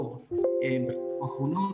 בחוב בשנים האחרונות,